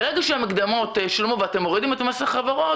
ברגע שהמקדמות שולמו ואתם מורידים את המס לחברות,